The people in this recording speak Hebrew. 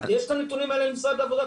יש את הנתונים האלה למשרד העבודה,